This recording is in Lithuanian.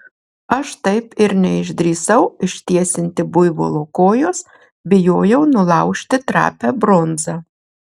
aš taip ir neišdrįsau ištiesinti buivolo kojos bijojau nulaužti trapią bronzą